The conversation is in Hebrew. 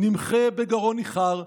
נמחה בגרון ניחר,